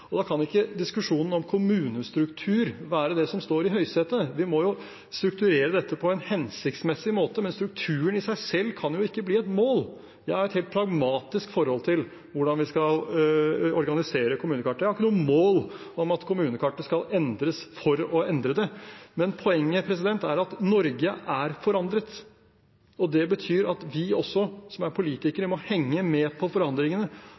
og da kan ikke diskusjonen om kommunestruktur være det som står i høysetet. Vi må jo strukturere dette på en hensiktsmessig måte, men strukturen i seg selv kan ikke bli et mål. Jeg har et helt pragmatisk forhold til hvordan vi skal organisere kommunekartet. Jeg har ikke noe mål om at kommunekartet skal endres for å endre det. Men poenget er at Norge er forandret, og det betyr at også vi som er politikere, må henge med på forandringene